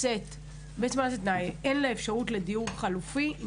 ברגע שאין לה אפשרות לדיור חלופי היא